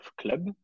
club